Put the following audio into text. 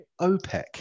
OPEC